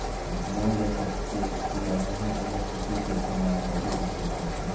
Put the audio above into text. Loan ले सकथे या नहीं ओला कृषि क्षेत्र मा या पढ़ई के क्षेत्र मा?